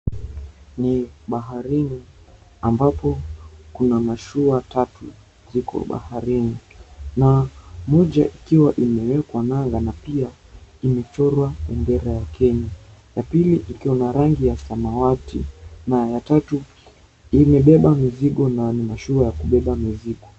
Ni baharini ambapo kuna mashua tatu ziko baharini na moja ikiwa imewekwa nanga na pia imechorwa bendera ya Kenya, ya pili iko na rangi ya samawati na ya tatu imebeba mizigo na ni mashua ya kubeba mizigo.